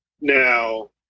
Now